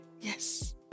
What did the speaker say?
Yes